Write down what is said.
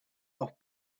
off